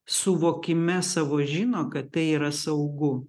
suvokime savo žino kad tai yra saugu